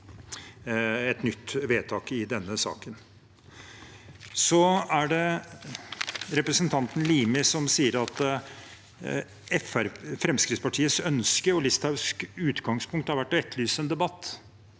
et nytt vedtak i saken. Representanten Limi sier at Fremskrittspartiets ønske og Listhaugs utgangspunkt har vært å etterlyse en debatt.